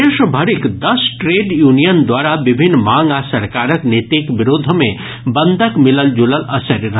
देश भरिक दस ट्रेड यूनियन द्वारा विभिन्न मांग आ सरकारक नीतिक विरोध मे बंदक मिलल जुलल असरि रहल